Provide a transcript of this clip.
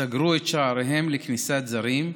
סגרו את שעריהן לכניסת זרים.